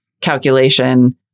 calculation